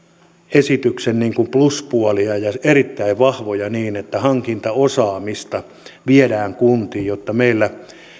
esityksen pluspuolia ja erittäin vahvoja niin että hankintaosaamista viedään kuntiin jotta meillä